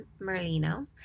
Merlino